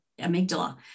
amygdala